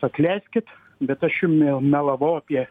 atleiskit bet aš jums melavau apie